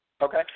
Okay